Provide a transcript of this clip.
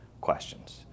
questions